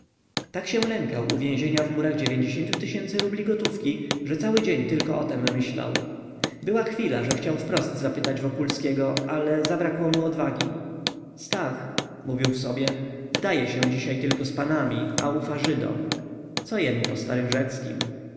tak się lękał uwięzienia w murach rubli gotówki że cały dzień tylko o tem myślał była chwila że chciał wprost zapytać wokulskiego ale zabrakło mu odwagi stach mówił w sobie wdaje się dziś tylko z panami a ufa żydom co jemu po starym